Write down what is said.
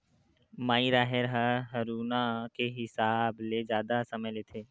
माई राहेर ह हरूना के हिसाब ले जादा समय लेथे